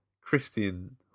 Christian